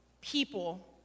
people